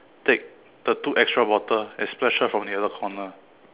take the two extra bottle and splash her from the other corner